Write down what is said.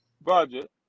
budget